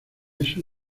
eso